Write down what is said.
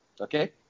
okay